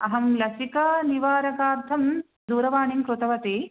अहं लसिकानिवारकार्थं दूरवाणीं कृतवती